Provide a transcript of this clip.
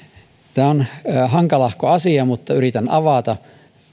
tämä on hankalahko asia mutta yritän avata